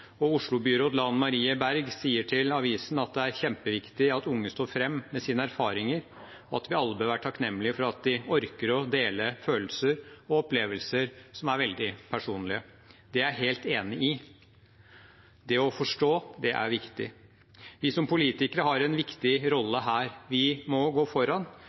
og rasisme. Oslo-byråd Lan Marie Berg sier til avisen at det er kjempeviktig at unge står fram med sine erfaringer, og at vi alle bør være takknemlig for at de orker å dele følelser og opplevelser som er veldig personlige. Det er jeg helt enig i. Det å forstå er viktig. Vi som politikere har en viktig rolle her. Vi må gå foran,